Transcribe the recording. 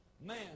Man